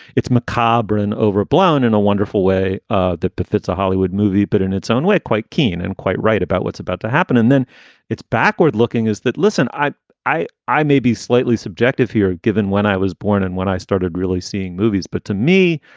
it's macabre and overblown in a wonderful way ah that befits a hollywood movie, but in its own way, quite keen and quite right about what's about to happen. and then its backward looking is that listen, i i i may be slightly subjective here given when i was born and when i started really seeing movies. but to me,